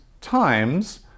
times